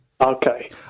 Okay